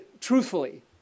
truthfully